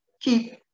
keep